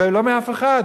ולא מאף אחד.